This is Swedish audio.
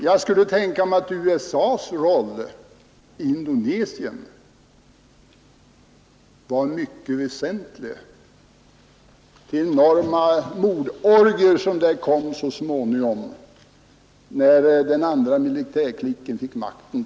Jag skulle kunna tänka mig att USA ss roll i Indonesien var mycket väsentlig vid de enorma mordorgier som förekom där när den andra militärklicken fick makten.